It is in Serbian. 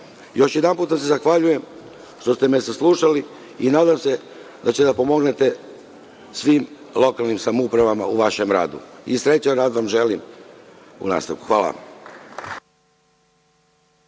Još jedanput se zahvaljujem što ste me saslušali i nadam se da ćete da pomognete svim lokalnim samoupravama u vašem radu. Srećan rad vam želim u nastavku. Hvala